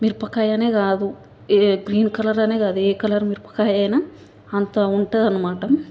మిరపకాయనే కాదు ఏ గ్రీన్ కలరనే కాదు ఏ కలర్ మిరపకాయయిన అంత ఉంటుందన్నమాట